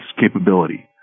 capability